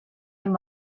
and